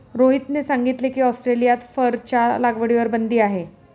रोहितने सांगितले की, ऑस्ट्रेलियात फरच्या लागवडीवर बंदी आहे